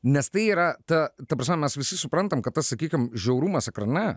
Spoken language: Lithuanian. nes tai yra ta ta prasme mes visi suprantam kad tas sakykim žiaurumas ekrane